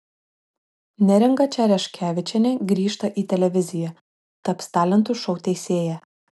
neringa čereškevičienė grįžta į televiziją taps talentų šou teisėja